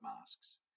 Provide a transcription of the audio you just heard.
masks